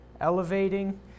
elevating